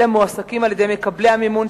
אלא מועסקים על-ידי מקבלי המימון,